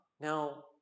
Now